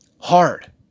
hard